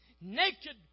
Naked